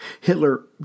Hitler